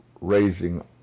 raising